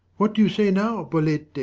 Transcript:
what do you say now, bolette?